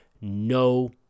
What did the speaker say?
No